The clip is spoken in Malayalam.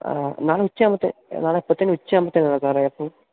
ആ നാളെ ഉച്ചയാവുമ്പോഴത്തെ നാളെ അപ്പോഴത്തേനും ഉച്ചയാവുമ്പോഴത്തേനും സാറെ അപ്പോള്